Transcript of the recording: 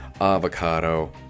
avocado